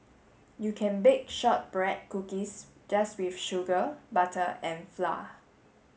you can bake shortbread cookies just with sugar butter and flour